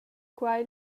quei